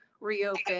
reopen